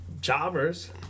jobbers